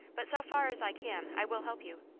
but so far as i can, i will help you.